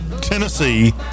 Tennessee